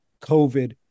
COVID